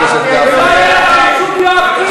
חבר הכנסת גפני, ולא היה לכם שום יואב קיש,